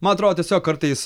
man atrodo tiesiog kartais